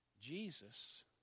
jesus